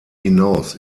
hinaus